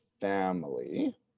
family